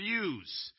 views